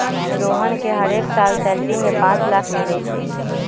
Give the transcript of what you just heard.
रोहन के हरेक साल सैलरी में पाच लाख मिलई छई